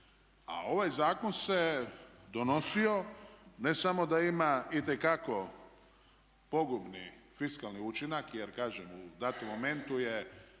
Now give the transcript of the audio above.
A ovaj zakon se donosio, ne samo da ima itekako pogubni fiskalni učinak, jer kažem u datom momentu je